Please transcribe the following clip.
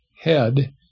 head